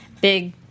big